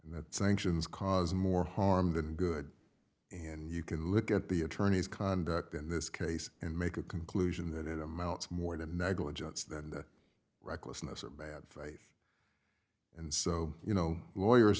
and that sanctions cause more harm than good and you could look at the attorneys conduct in this case and make a conclusion that it amounts more to negligence than the recklessness or bad faith and so you know lawyers